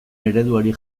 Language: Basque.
ereduari